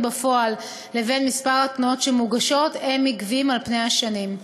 בפועל לבין מספר התלונות המוגשות הם עקביים על פני השנים.